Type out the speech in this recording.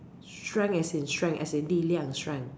strength as in strength as in 力量： li liang strength